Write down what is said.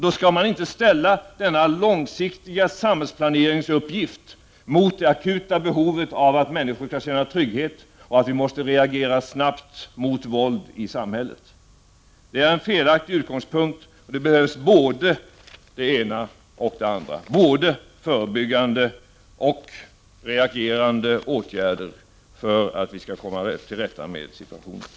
Då skall man inte ställa denna långsiktiga samhällsplaneringsuppgift mot det akuta behovet av att människor skall känna trygghet och att vi måste reagera snabbt mot våld i samhället. Det är en felaktig utgångspunkt. Det behövs både förebyggande och reagerande åtgärder för att vi skall komma till rätta med situationen.